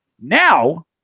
Now